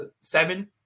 seven